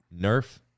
Nerf